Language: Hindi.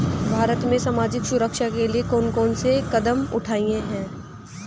भारत में सामाजिक सुरक्षा के लिए कौन कौन से कदम उठाये हैं?